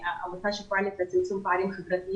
עמותה שפועלת לצמצום פערים חברתיים.